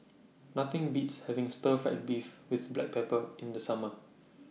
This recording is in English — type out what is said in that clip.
Nothing Beats having Stir Fried Beef with Black Pepper in The Summer